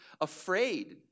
afraid